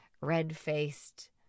red-faced